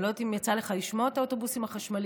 אני לא יודעת אם יצא לך לשמוע את האוטובוסים החשמליים.